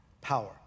Power